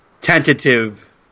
tentative